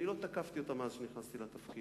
אני לא תקפתי אותה מאז שנכנסתי לתפקיד,